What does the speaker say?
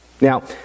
Now